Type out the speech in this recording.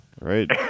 right